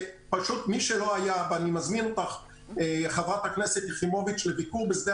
אני מזמין אותך חברת הכנסת יחימוביץ' לביקור בשדה